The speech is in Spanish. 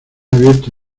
abierto